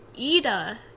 Ida